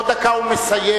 עוד דקה הוא מסיים.